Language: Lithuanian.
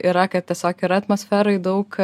yra kad tiesiog yra atmosferoj daug